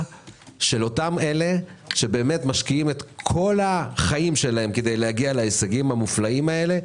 של אותם אלה שמשקיעים את כל החיים שלהם כדי להגיע להישגים המופלאים האלה,